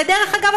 ודרך אגב,